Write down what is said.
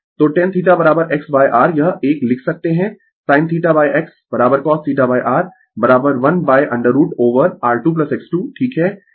तो tan θ XR यह एक लिख सकते है sin θX cosθR 1√ over R2X2 ठीक है